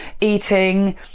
eating